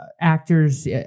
actors